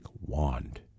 wand